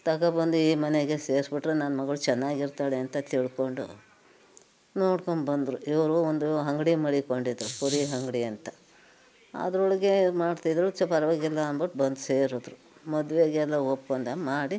ತಗೊಂಡ್ಬಂದು ಈ ಮನೆಗೆ ಸೇರಿಸ್ಬಿಟ್ರು ನನ್ಮಗಳು ಚೆನ್ನಾಗಿರ್ತಾಳೆ ಅಂತ ತಿಳ್ಕೊಂಡು ನೋಡ್ಕೊಂಡ್ಬಂದ್ರು ಇವರು ಒಂದು ಅಂಗಡಿ ಮಡಿಕೊಂಡಿದ್ದರು ಕುರಿ ಅಂಗಡಿ ಅಂತ ಅದರೊಳಗೆ ಮಾಡ್ತಿದ್ದರು ಚೆ ಪರವಾಗಿಲ್ಲ ಅಂದ್ಬಿಟ್ಟು ಬಂದು ಸೇರಿದ್ರು ಮದುವೆಗೆಲ್ಲ ಒಪ್ಪಂದ ಮಾಡಿ